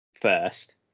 first